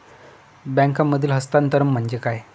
बँकांमधील हस्तांतरण म्हणजे काय?